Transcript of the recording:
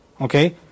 Okay